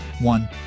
one